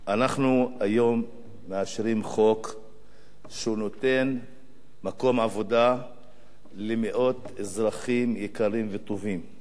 אנחנו היום מאשרים חוק שנותן מקום עבודה למאות אזרחים יקרים וטובים.